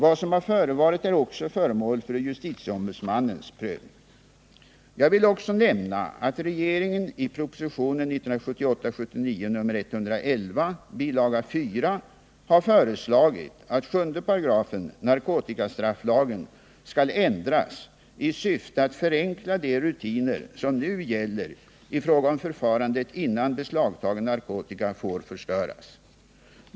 Vad som har förevarit är också föremål för justitieombudsmannens prövning. Jag vill också nämna att regeringen i propositionen 1978/79:111 har föreslagit att 7 § narkotikastrafflagen skall ändras i syfte att förenkla de rutiner som nu gäller i fråga om förfarandet innan beslagtagen narkotika får förstöras.